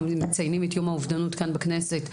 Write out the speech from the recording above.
מציינים את יום האובדנות כאן בכנסת,